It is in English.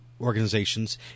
organizations